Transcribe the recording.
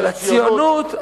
אבל הציונות,